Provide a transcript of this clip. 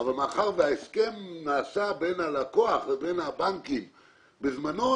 מאחר שההסכם נעשה בין הלקוח לבין הבנקים בזמנו,